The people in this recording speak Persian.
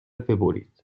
ببرید